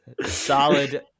solid